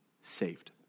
saved